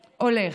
הולך.